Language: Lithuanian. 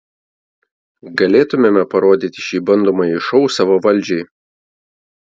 galėtumėme parodyti šį bandomąjį šou savo valdžiai